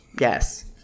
Yes